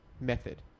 method